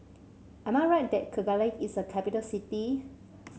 am I right that Kigali is a capital city